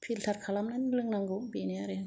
filter खालामनानै लोंनांगौ बेनो आरो